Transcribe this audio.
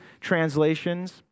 translations